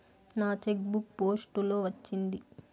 నా cheque book post లో వచ్చింది